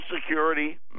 Security